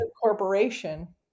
corporation